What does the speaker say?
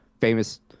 famous